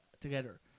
together